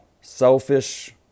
Selfish